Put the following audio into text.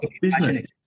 business